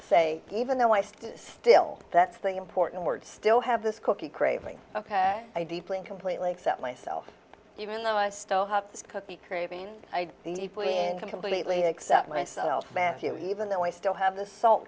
say even though i still that's the important word still have this cookie craving ok i deeply and completely accept myself even though i still have this cookie craving i can completely accept myself back here even though i still have the salt